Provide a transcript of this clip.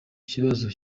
kibazo